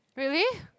really